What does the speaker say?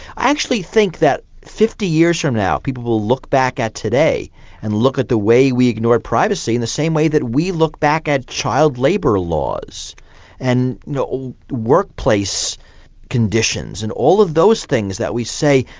i actually think that fifty years from now people will look back at today and look at the way we ignored privacy in the same way that we look back at child labour laws and workplace conditions and all of those things that we say,